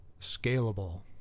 scalable